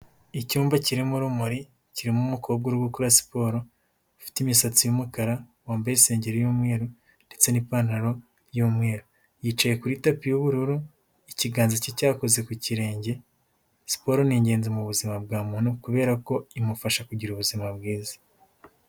Icyumba kirimo urumuri, kirimo umukobwa uri gukora siporo ufite imisatsi y'umukara, wambaye isengeri y'umweru ndetse n'ipantaro y'umweru, yicaye kuri tapi y'ubururu, ikiganza cye cyakoze ku kirenge, siporo ni ingenzi mu buzima bwa muntu, kubera ko imufasha kugira ubuzima bwiza.